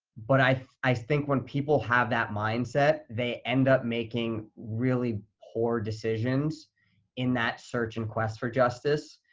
but i i think when people have that mindset, they end up making really poor decisions in that search and quest for justice.